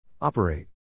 Operate